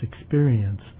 experience